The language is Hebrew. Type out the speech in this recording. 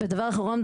ודבר אחרון.